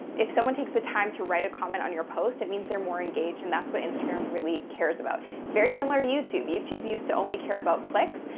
if someone takes the time to write a comment on your post, it means they're more engaged. and that's what instagram really cares about. very similar to youtube. youtube used to only care about clicks.